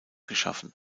geschaffen